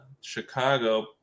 Chicago